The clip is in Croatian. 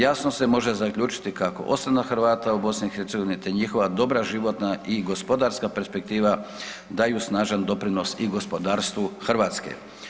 Jasno se može zaključiti kako ostanak Hrvata u BiH, te njihova dobra životna i gospodarska perspektiva daju snažan doprinos i gospodarstvu Hrvatske.